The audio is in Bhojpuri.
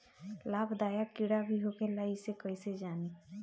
लाभदायक कीड़ा भी होखेला इसे कईसे जानी?